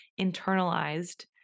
internalized